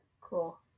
Cool